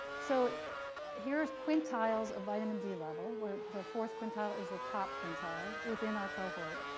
so here's quintiles of vitamin d level where the fourth quintile is the top quintile within our cohort.